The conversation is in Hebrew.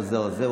או זה או זה,